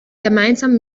gemeinsam